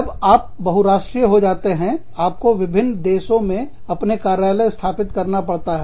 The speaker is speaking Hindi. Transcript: जब आप बहुराष्ट्रीय हो जाते हैं आपको विभिन्न देशों में अपने कार्यालय स्थापित करना पड़ता है